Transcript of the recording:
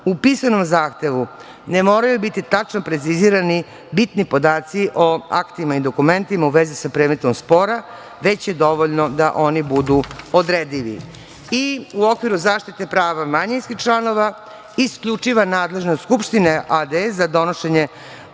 u pisanom zahtevu ne moraju biti tačno precizirani bitni podaci o aktivnim dokumentima u vezi sa predmetom spora, već je dovoljno da oni budu odredivi.U okviru zaštite prava manjinskih članova isključiva nadležnost skupštine a.d. za donošenje